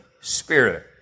spirit